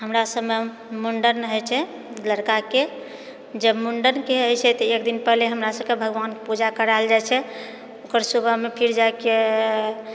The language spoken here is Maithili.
हमरा सभमे मुण्डन होइ छै लड़काके जब मुण्डनके होइ छै तऽ एक दिन पहिले हमरा सभकेँ भगवानके पूजा करैलऽ जाइ छै ओकर सुबहमे फिर जाइके